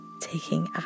taking